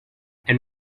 and